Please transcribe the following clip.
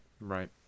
right